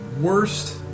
worst